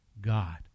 God